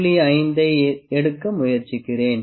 5 ஐ எடுக்க முயற்சிக்கிறேன்